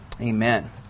Amen